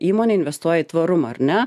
įmonė investuoja į tvarumą ar ne